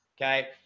okay